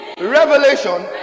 revelation